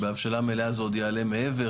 בהבשלה מלאה זה עוד יעלה מעבר,